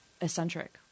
eccentric